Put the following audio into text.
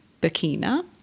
Burkina